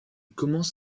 commence